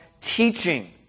teaching